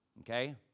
okay